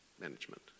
management